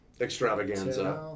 extravaganza